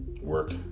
work